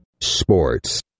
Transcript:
Sports